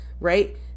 right